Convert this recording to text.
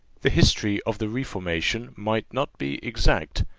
the history of the reformation might not be exact,